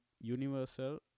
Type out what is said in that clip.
Universal